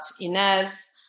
inez